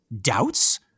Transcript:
doubts